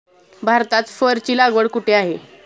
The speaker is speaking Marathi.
भारतात फरची लागवड कुठे आहे?